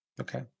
Okay